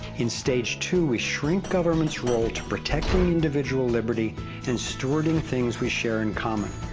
in stage two we shrink government's role, to protect the individual liberty and storing things we share in common,